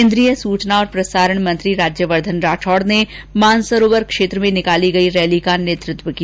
केन्द्रीय सूचना और प्रसारण मंत्री राज्यवर्द्वन राठौड़ ने शहर के मानसरोवर क्षेत्र में निकाली गई रैली का नेत्व किया